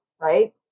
Right